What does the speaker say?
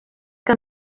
que